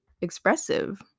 expressive